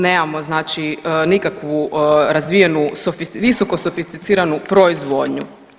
Nemamo znači nikakvu razvijenu, visoko sofisticiranu proizvodnju.